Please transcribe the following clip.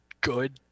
good